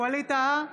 ווליד טאהא,